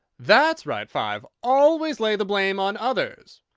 that's right, five! always lay the blame on others!